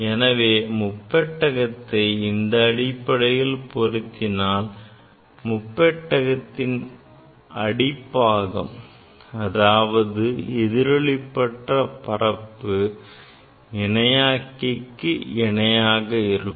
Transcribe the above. எனவே முப்பட்டகத்தை இந்த அடிப்படையில் பொருத்தினால் முப்பட்டகத்தின் அடிப்பாகம் அதாவது எதிரொளிப்பற்ற பரப்பு இணையாக்கிக்கு இணையாக இருக்கும்